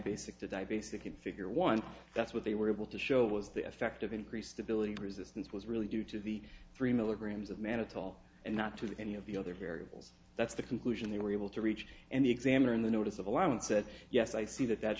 basic to die basic and figure once that's what they were able to show was the effect of increased ability resistance was really due to the three milligrams of mantle and not to any of the other variables that's the conclusion they were able to reach and the examiner in the notice of alignment said yes i see that that